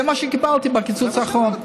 זה מה שקיבלתי בקיצוץ האחרון.